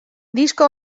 disko